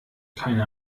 keine